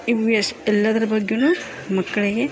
ಇವೆಷ್ಟು ಎಲ್ಲದ್ರ ಬಗ್ಗೆಯೂ ಮಕ್ಕಳಿಗೆ